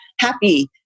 happy